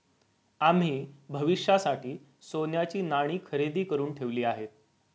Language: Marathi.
आम्ही भविष्यासाठी सोन्याची नाणी खरेदी करुन ठेवली आहेत